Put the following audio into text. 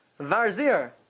Varzir